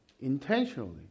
intentionally